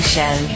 Show